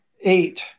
eight